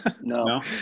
no